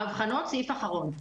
נושא אחרון.